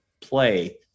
play